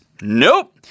nope